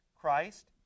Christ